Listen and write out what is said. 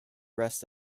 rest